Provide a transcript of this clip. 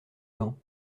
gants